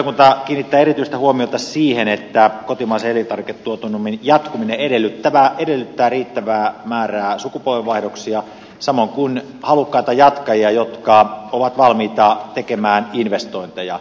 valiokunta kiinnittää erityistä huomiota siihen että kotimaisen elintarviketuotannon jatkuminen edellyttää riittävää määrää sukupolvenvaihdoksia samoin kuin halukkaita jatkajia jotka ovat valmiita tekemään investointeja